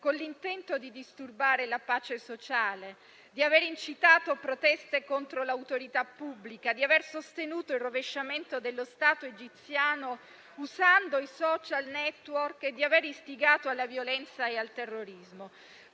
con l'intento di disturbare la pace sociale, di aver incitato proteste contro l'autorità pubblica, di aver sostenuto il rovesciamento dello stato egiziano usando i *social network* e di aver istigato alla violenza e al terrorismo;